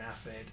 acid